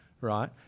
right